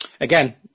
Again